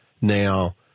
Now